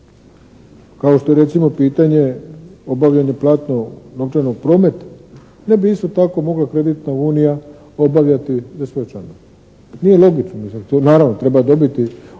kao što je recimo pitanje obavljanja platnog novčanog prometa ne bi isto tako mogla kreditna unija obavljati za svoje članove? Nije logično mislim. Naravno, treba dobiti